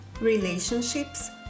relationships